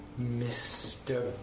Mr